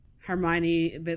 Hermione